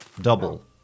Double